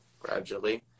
gradually